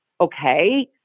Okay